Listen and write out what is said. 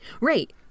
Right